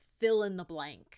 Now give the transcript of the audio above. fill-in-the-blank